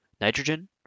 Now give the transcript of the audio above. nitrogen